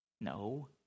No